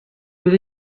will